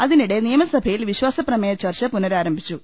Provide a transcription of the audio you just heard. അതിനിടെ നിയമസഭയിൽ വിശ്വാസ്ത്രമേയ ചർച്ച പുനഃരാ രംഭിച്ചു